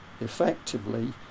effectively